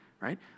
right